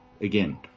again